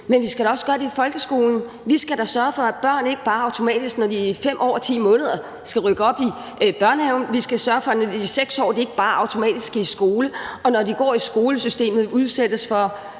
men vi skal da også gøre det i folkeskolen. Vi skal da sørge for, at børn ikke bare automatisk, når de er 5 år og 10 måneder, skal rykke op i børnehaven, og at de, når de er 6 år, ikke bare automatisk skal i skole, og at de, når de går i skolesystemet, ikke udsættes for